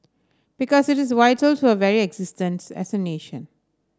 because it is vital to our very existence as a nation